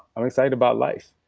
i'm excited about life.